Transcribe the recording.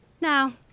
Now